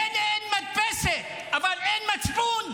מילא שאין מדפסת, אבל אין מצפון?